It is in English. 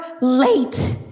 late